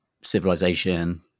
Civilization